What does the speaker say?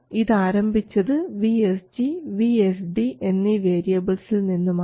ഇത് ആരംഭിച്ചത് vSG vSD എന്നീ വേരിയബിൾസിൽ നിന്നുമാണ്